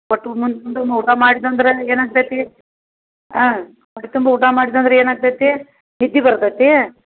ಒಟ್ಟು ಮುಂದೇನು ಊಟ ಮಾಡಿದಂದ್ರ ಏನಾಗ್ತೈತಿ ಹಾಂ ಹೊಟ್ಟೆ ತುಂಬ ಊಟ ಮಾಡಿದಂದರೆ ಏನಾಗ್ತೈತಿ ನಿದ್ದೆ ಬರ್ತೈತಿ